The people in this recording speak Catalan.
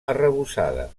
arrebossada